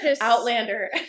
outlander